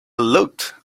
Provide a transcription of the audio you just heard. looked